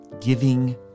giving